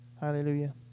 Hallelujah